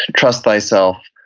trust thyself.